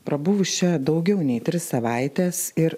prabuvus čia daugiau nei tris savaites ir